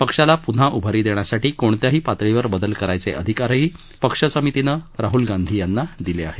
पक्षाला प्न्हा उभारी देण्यासाठी कोणत्याही पातळीवर बदल करायचे अधिकारही पक्षसमितीने राहूल गांधीना दिले आहेत